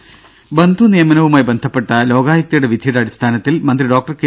ദേദ ബന്ധു നിയമനവുമായി ബന്ധപ്പെട്ട ലോകായുക്തയുടെ വിധിയുടെ അടിസ്ഥാനത്തിൽ മന്ത്രി ഡോക്ടർ കെ